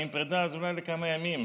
ואם פרדה אז אולי לכמה ימים,